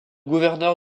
gouverneur